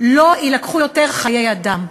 לא יילקחו יותר חיי אדם,